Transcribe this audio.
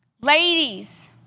Ladies